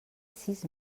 sis